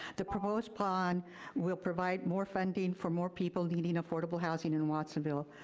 the proposed bond will provide more funding for more people needing affordable housing in watsonville.